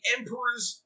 Emperor's